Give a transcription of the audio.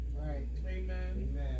Amen